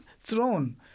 throne